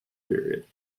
period